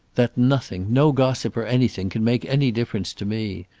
that nothing, no gossip or anything, can make any difference to me.